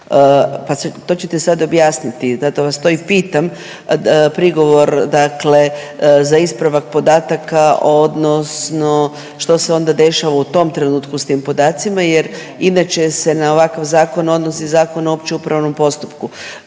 to čete sad objasniti zato vas to i pitam, prigovor dakle za ispravak podataka odnosno što se onda dešava u tom trenutku s tim podacima jer inače se na ovakav zakon odnosi Zakon o općem upravnom postupku.